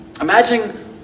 Imagine